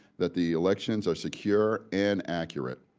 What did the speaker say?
that the elections are secure and accurate.